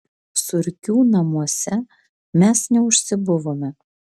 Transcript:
surkių namuose mes neužsibuvome